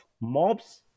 mobs